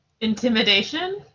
Intimidation